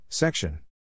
Section